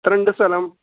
എത്ര ഉണ്ട് സ്ഥലം